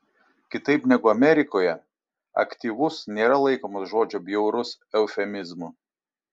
kitaip negu amerikoje aktyvus nėra laikomas žodžio bjaurus eufemizmu